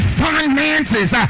finances